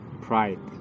Pride